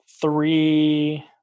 three